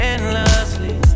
Endlessly